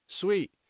Sweet